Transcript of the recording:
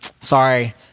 sorry